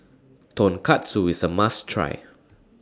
Tonkatsu IS A must Try